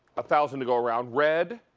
a thousand to go around. red,